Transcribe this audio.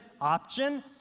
option